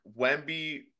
Wemby